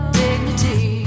dignity